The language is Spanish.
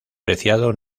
preciado